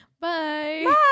Bye